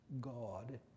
God